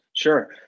Sure